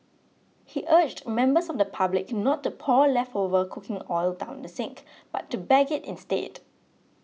he urged members of the public not to pour leftover cooking oil down the sink but to bag it instead